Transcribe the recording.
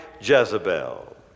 Jezebel